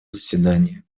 заседания